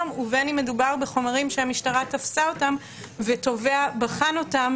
ובין אם מדובר בחומרים שהמשטרה תפסה ותובע בחן אותם